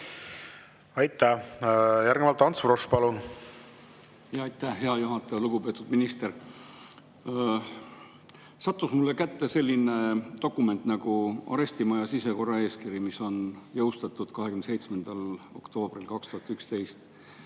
Aitäh! Järgnevalt Ants Frosch, palun! Aitäh, hea juhataja! Lugupeetud minister! Sattus mulle kätte selline dokument nagu arestimaja sisekorraeeskiri, mis on jõustatud [24.] oktoobril 2011,